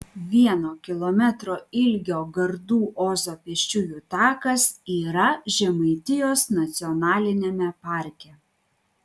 vieno kilometro ilgio gardų ozo pėsčiųjų takas yra žemaitijos nacionaliniame parke